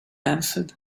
answered